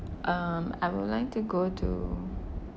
um I would like to go to